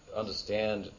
understand